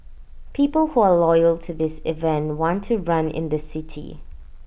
people who are loyal to this event want to run in the city